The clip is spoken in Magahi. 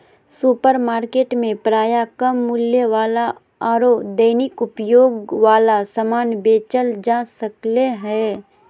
सुपरमार्केट में प्रायः कम मूल्य वाला आरो दैनिक उपयोग वाला समान बेचल जा सक्ले हें